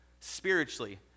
spiritually